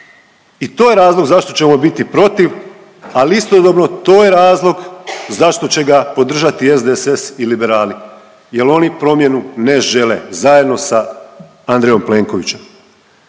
i to je razlog zašto ćemo biti protiv al istodobno to je razlog zašto će ga podržati SDSS i liberali jer oni promjenu ne žele zajedno sa Andrejom Plenkovićem.